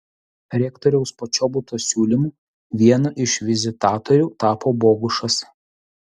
rektoriaus počobuto siūlymu vienu iš vizitatorių tapo bogušas